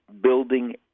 building